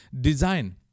design